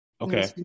Okay